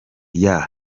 yeah